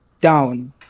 down